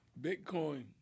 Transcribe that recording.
Bitcoin